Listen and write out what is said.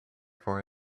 for